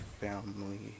family